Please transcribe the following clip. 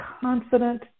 confident